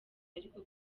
ariko